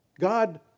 God